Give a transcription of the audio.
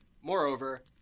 Moreover